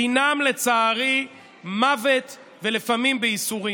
דינם לצערי מוות ולפעמים בייסורים.